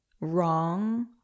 wrong